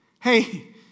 Hey